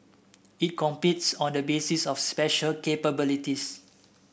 it competes on the basis of special capabilities